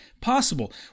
possible